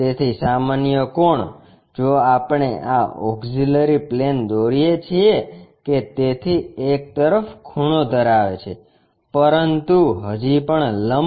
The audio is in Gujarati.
તેથી સામાન્ય કોણ જો આપણે આ ઓક્ષીલરી પ્લેન દોરીએ છીએ કે તેથી એક તરફ ખૂણો ધરાવે છે પરંતુ હજી પણ લંબ